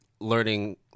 Learning